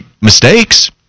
mistakes